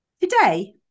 Today